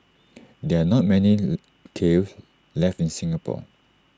there are not many kilns left in Singapore